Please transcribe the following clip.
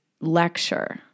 lecture